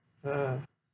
ah